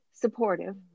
supportive